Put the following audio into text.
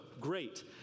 great